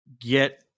get